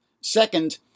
Second